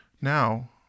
now